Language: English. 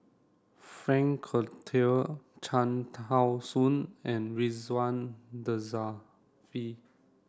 Frank Cloutier Cham Tao Soon and Ridzwan Dzafir